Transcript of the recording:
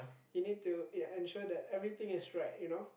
you need to ensure that everything is right you know